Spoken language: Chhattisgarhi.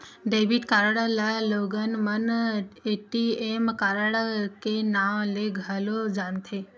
डेबिट कारड ल लोगन मन ए.टी.एम कारड के नांव ले घलो जानथे